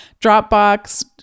Dropbox